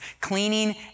cleaning